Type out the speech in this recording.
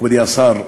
מכובדי השר,